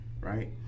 right